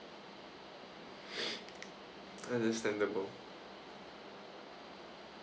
understandable